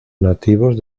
nativos